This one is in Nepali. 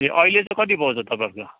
ए ऐअहिले चाहिँ कति पाउँछ तपाईँहरूको